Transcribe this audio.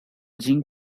jing